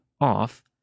off